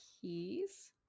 keys